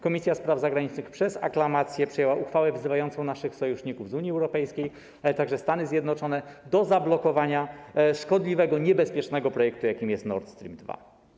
Komisja Spraw Zagranicznych przez aklamację przyjęła uchwałę wzywającą naszych sojuszników z Unii Europejskiej, ale także Stany Zjednoczone do zablokowania szkodliwego, niebezpiecznego projektu, jakim jest Nord Stream 2.